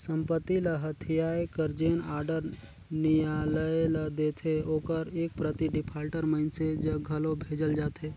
संपत्ति ल हथियाए कर जेन आडर नियालय ल देथे ओकर एक प्रति डिफाल्टर मइनसे जग घलो भेजल जाथे